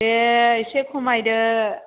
दे एसे खमायदो